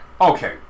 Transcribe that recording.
Okay